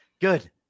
Good